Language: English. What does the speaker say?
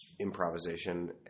improvisation